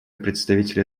представителя